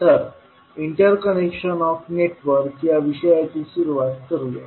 तर interconnection of network या विषयाची सुरूवात करूया